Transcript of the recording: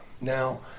Now